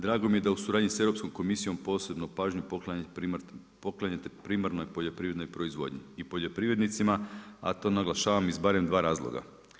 Drago mi je da u suradnji sa Europskom komisijom posebnu pažnju poklanjate primarnoj poljoprivrednoj proizvodnji i poljoprivrednicima a to naglašavam iz barem dva razloga.